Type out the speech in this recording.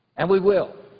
and we will.